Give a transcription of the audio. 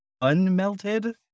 unmelted